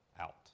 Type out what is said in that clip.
out